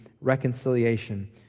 reconciliation